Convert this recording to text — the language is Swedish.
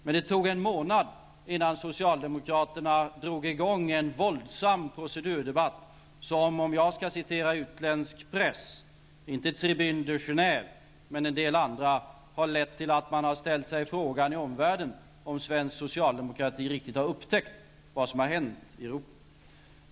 Men det tog som sagt någon månad innan socialdemokraterna drog i gång en våldsam procedurdebatt som -- om jag skall citera utländsk press och då inte Tribune de Genève men en del andra tidningar -- har lett till att man ställt sig frågan i omvärlden, ifall svensk socialdemokrati riktigt har upptäckt vad som hänt i Europa.